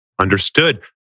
Understood